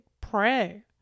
Pray